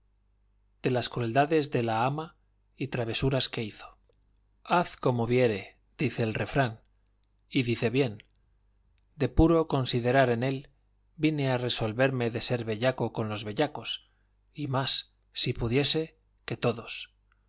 vi de las crueldades de la ama y travesuras que hizo haz como viere dice el refrán y dice bien de puro considerar en él vine a resolverme de ser bellaco con los bellacos y más si pudiese que todos